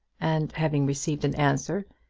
and, having received an answer,